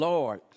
Lord